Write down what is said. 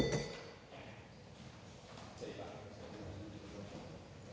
Tak